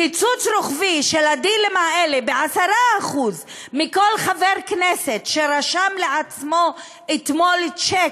קיצוץ רוחבי של הדילים האלה ב-10% מכל חבר כנסת שרשם לעצמו אתמול צ'ק,